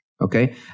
okay